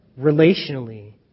relationally